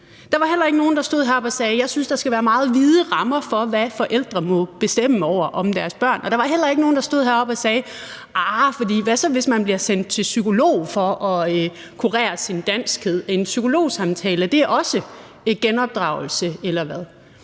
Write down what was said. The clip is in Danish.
Der var heller ikke nogen, der stod heroppe og sagde: Jeg synes, der skal være meget vide rammer for, hvad forældre må bestemme over med hensyn til deres børn. Der var heller ikke nogen, der stod heroppe og sagde: Hvad så, hvis man bliver sendt til psykolog for at kurere sin danskhed? Er en psykologsamtale også genopdragelse, eller hvad?